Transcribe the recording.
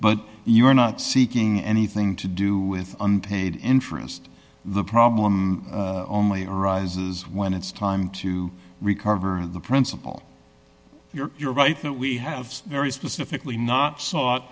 but you are not seeking anything to do with unpaid interest the problem only arises when it's time to recover the principle you're right that we have very specifically not sought